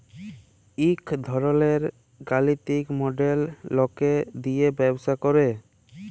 ইক ধরলের গালিতিক মডেল লকে দিয়ে ব্যবসা করে